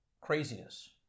craziness